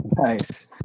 Nice